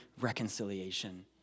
reconciliation